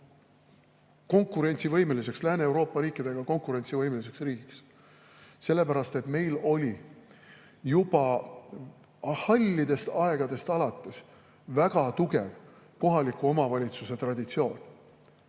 konkurentsivõimeliseks, Lääne-Euroopa riikide suhtes konkurentsivõimeliseks riigiks. [See oli nii] sellepärast, et meil oli juba hallidest aegadest alates väga tugev kohaliku omavalitsuse traditsioon,